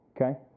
okay